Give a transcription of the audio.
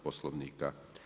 Poslovnika.